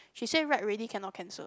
she say write already cannot cancel